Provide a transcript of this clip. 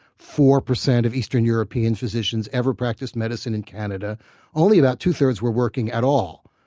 four percent of eastern european physicians ever practice medicine in canada only about two-thirds were working at all.